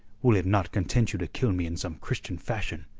will it not content you to kill me in some christian fashion?